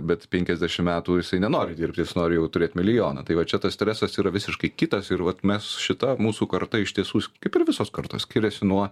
bet penkiasdešim metų jisai nenori dirbti jis nori jau turėt milijoną tai va čia tas stresas yra visiškai kitas ir vat mes šita mūsų karta iš tiesų kaip ir visos kartos skiriasi nuo